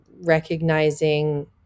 recognizing